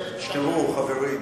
חבר הכנסת, תראו, חברים,